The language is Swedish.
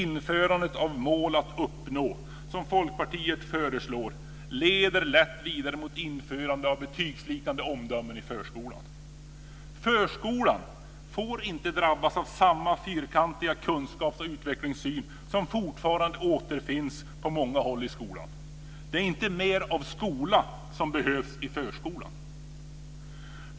Införandet av "mål att uppnå", som Folkpartiet föreslår, leder lätt vidare mot införandet av betygslika omdömen i förskolan. Men förskolan får inte drabbas av samma fyrkantiga kunskaps och utvecklingssyn som fortfarande återfinns på många håll i skolan. Det är inte mer av skola som behövs i förskolan!